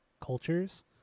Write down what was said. cultures